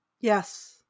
yes